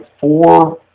four